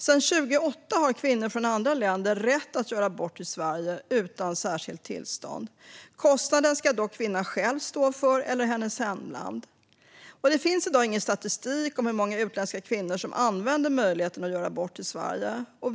Sedan 2008 har kvinnor från andra länder rätt att göra abort i Sverige utan särskilt tillstånd. Kostnaden ska dock kvinnan själv stå för eller hennes hemland. Det finns i dag ingen statistik om hur många utländska kvinnor som använder möjligheten att göra abort i Sverige.